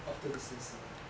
after this incident